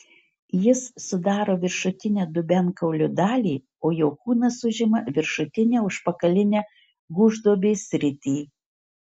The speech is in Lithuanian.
jis sudaro viršutinę dubenkaulio dalį o jo kūnas užima viršutinę užpakalinę gūžduobės sritį